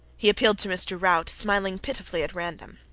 he appealed to mr. rout, smiling pitifully at random.